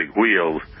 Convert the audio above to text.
wheels